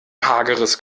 hageres